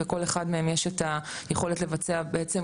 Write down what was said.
וכל אחד מהם יש את היכולת לבצע בעצם,